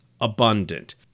abundant